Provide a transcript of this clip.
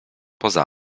poza